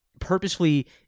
purposefully